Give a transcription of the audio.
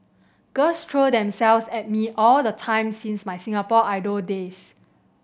girls throw themselves at me all the time since my Singapore Idol days